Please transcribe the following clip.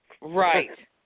Right